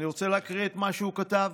אני רוצה להקריא את מה שהוא כתב.